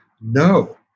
No